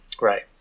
Right